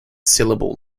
syllable